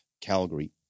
Calgary